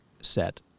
set